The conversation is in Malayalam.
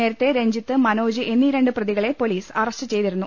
നേരത്തെ രഞ്ജിത്ത് മനോജ് എന്നീ രണ്ട് പ്രതികളെ പൊലീസ് അറസ്റ്റ് ചെയ്തിരുന്നു